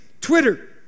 Twitter